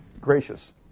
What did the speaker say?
gracious